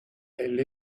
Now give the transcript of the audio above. elle